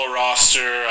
roster